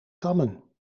kammen